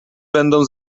będą